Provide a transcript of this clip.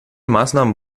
maßnahmen